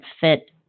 fit